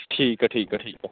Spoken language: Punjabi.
ਠੀਕ ਹੈ ਠੀਕ ਹੈ ਠੀਕ ਹੈ